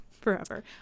forever